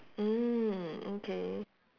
mm okay